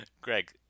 Greg